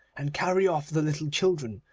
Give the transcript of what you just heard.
and carry off the little children,